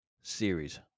series